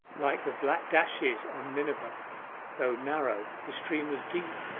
like the black dashes on miniver though narrow, the stream was deep,